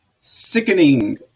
sickening